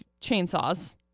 chainsaws